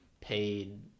paid